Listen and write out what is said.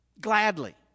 gladly